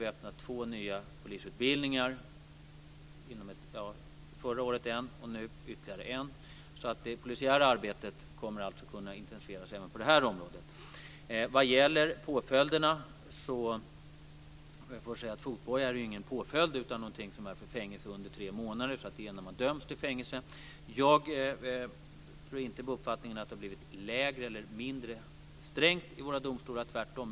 Vi har startat två nya polisutbildningar, en förra året och nu ytterligare en. Det polisiära arbetet kommer alltså att kunna intensifieras även på det här området. Vad gäller påföljderna vill jag först säga att fotboja inte är någon påföljd, utan det är någonting som används vid fängelse under tre månader. Den används alltså när man dömts till fängelse. Jag tror inte på uppfattningen att det har blivit mindre strängt i våra domstolar, tvärtom.